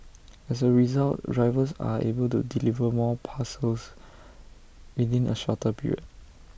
as A result drivers are able to deliver more parcels within A shorter period